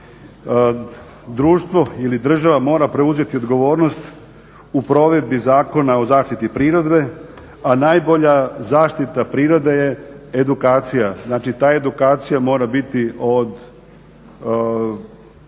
Društvo ili država mora preuzeti odgovornost u provedbi Zakona o zaštiti prirode, a najbolja zaštita prirode je edukacija. Znači ta edukacija mora biti od